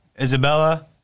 Isabella